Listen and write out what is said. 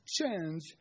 change